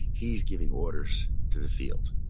he's giving orders to the field.